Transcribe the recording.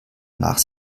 nach